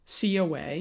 COA